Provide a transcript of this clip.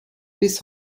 bis